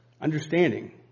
Understanding